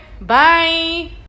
Bye